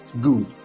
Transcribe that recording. good